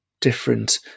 different